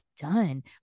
done